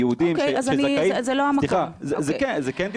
ליהודים שזכאים --- אוקיי, אז זה לא המקום.